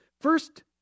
First